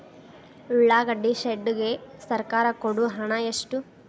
ಉಳ್ಳಾಗಡ್ಡಿ ಶೆಡ್ ಗೆ ಸರ್ಕಾರ ಕೊಡು ಹಣ ಎಷ್ಟು?